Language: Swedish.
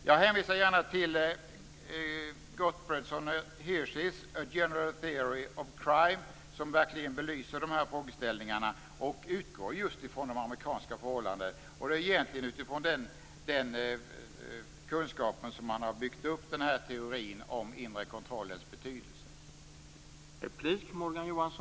Jag hänvisar gärna till Gottfredson och Hirschis A general theory of crime. Den belyser verkligen de här frågeställningarna och utgår just från de amerikanska förhållandena. Det är egentligen utifrån den kunskapen som man har byggt upp teorin om den inre kontrollens betydelse.